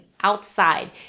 outside